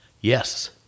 Yes